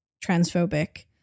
transphobic